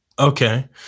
Okay